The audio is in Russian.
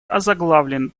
озаглавлен